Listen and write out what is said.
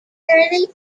pretty